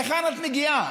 להיכן את מגיעה?